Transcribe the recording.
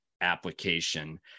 application